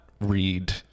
read